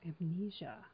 Amnesia